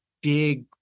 big